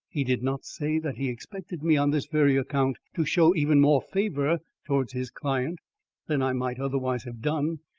he did not say that he expected me on this very account to show even more favour towards his client than i might otherwise have done,